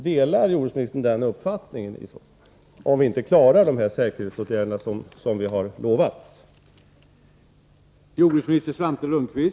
Delar jordbruksministern den uppfattningen — om vi nu inte klarar de säkerhetsåtgärder som utlovats?